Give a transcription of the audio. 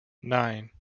nine